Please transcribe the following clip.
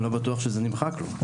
אני לא בטוח שזה נמחק לו.